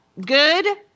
Good